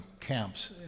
camps